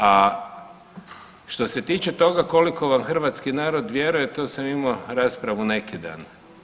A što se tiče toga koliko vam hrvatski narod vjeruje to sam imao raspravu neki dan.